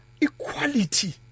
equality